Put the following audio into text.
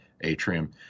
atrium